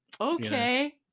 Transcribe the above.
Okay